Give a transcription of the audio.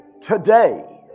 Today